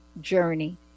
journey